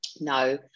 no